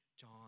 John